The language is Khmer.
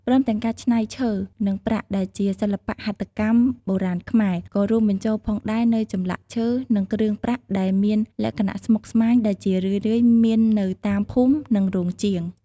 ព្រមទាំងការច្នៃឈើ និងប្រាក់ ដែលជាសិល្បៈហត្ថកម្មបុរាណខ្មែរ ក៏រួមបញ្ចូលផងដែរនូវចម្លាក់ឈើ និងគ្រឿងប្រាក់ដែលមានលក្ខណៈស្មុគស្មាញ ដែលជារឿយៗមាននៅតាមភូមិ និងរោងជាង។